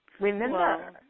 Remember